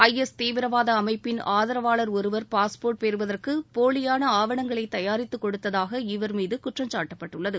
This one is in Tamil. ஐ எஸ் தீவிரவாத அமைப்பின் ஆதரவாளர் ஒருவர் பாஸ்போர்ட் பெறுவதற்கு போலியான ஆவணங்களை தயாரித்துக் கொடுத்ததாக இவர் மீது குற்றம் சாட்டப்பட்டுள்ளது